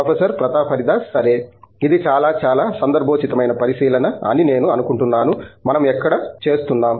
professor Pratap Haridas సరే ఇది చాలా చాలా సందర్భోచితమైన పరిశీలన అని నేను అనుకుంటున్నాను మనం ఎక్కడ చేస్తున్నాం